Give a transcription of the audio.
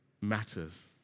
matters